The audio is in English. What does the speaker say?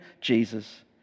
Jesus